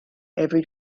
every